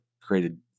created